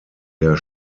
der